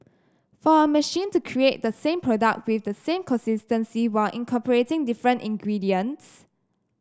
for a machine to create the same product with the same consistency while incorporating different ingredients